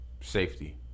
Safety